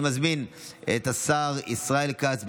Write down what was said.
אני מזמין את השר ישראל כץ,